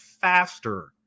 faster